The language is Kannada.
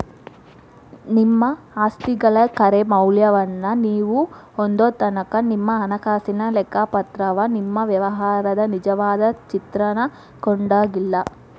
ನಿಮ್ಮ ಆಸ್ತಿಗಳ ಖರೆ ಮೌಲ್ಯವನ್ನ ನೇವು ಹೊಂದೊತನಕಾ ನಿಮ್ಮ ಹಣಕಾಸಿನ ಲೆಕ್ಕಪತ್ರವ ನಿಮ್ಮ ವ್ಯವಹಾರದ ನಿಜವಾದ ಚಿತ್ರಾನ ಕೊಡಂಗಿಲ್ಲಾ